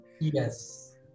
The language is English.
Yes